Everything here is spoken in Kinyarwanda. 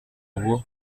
w’u